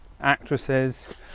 actresses